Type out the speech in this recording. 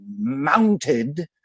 mounted